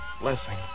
blessing